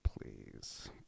please